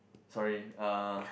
sorry uh